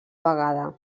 vegada